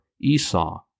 Esau